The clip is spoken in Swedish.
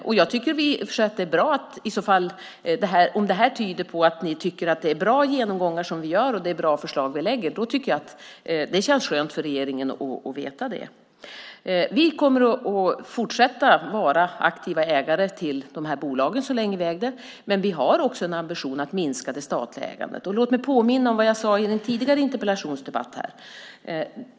Om det här tyder på att ni tycker att vi gör bra genomgångar som vi gör och att det är bra förslag som vi lägger tycker jag att det känns skönt för regeringen att veta det. Vi kommer att fortsätta vara aktiva ägare till de här bolagen så länge vi äger dem, men vi har också en ambition att minska det statliga ägandet. Låt mig påminna om vad jag sade i en tidigare interpellationsdebatt.